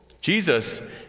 Jesus